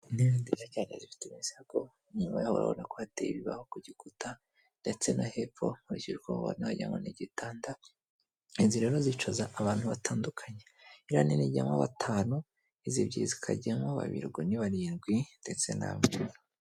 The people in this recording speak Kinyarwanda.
Intebe nziza cyane zifite imisago, inyuma yaho urabona ko hateye ibibaho ku gikuta, ndetse no hepfo nkurikije uko mpabona wagira ngo ni igitanda, inzira bazicaza abantu batandukanye, iriya nini ijyamo batanu, izi ebyeri zikajyamo babiri, ubwo ni barindwi ndetse n'ameza.